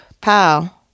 pal